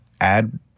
add